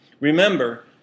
Remember